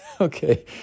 Okay